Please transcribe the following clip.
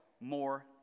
more